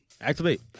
Activate